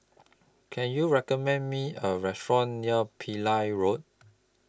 Can YOU recommend Me A Restaurant near Pillai Road